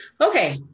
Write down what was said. Okay